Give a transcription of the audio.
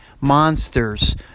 monsters